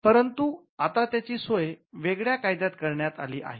परंतु आता त्याची सोय वेगळ्या कायद्यात करण्यात आली आहे